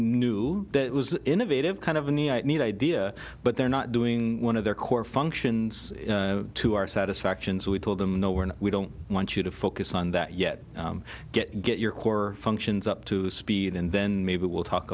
that was innovative kind of a neat idea but they're not doing one of their core functions to our satisfaction so we told them no we're not we don't want you to focus on that yet get get your core functions up to speed and then maybe we'll talk